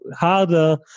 harder